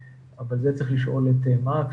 אבל את זה צריך לשאול את מקס.